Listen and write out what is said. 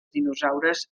dinosaures